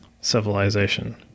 civilization